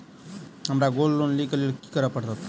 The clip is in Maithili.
हमरा गोल्ड लोन लिय केँ लेल की करऽ पड़त?